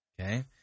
okay